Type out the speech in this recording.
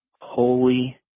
holy